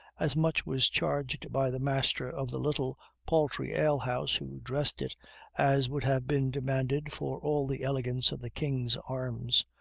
as much was charged by the master of the little paltry ale-house who dressed it as would have been demanded for all the elegance of the king's arms,